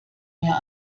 mehr